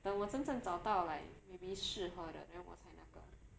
等我真正找到 like maybe 适合的 then 我才那个